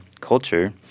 culture